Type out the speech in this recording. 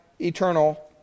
eternal